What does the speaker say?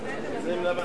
לגמרי.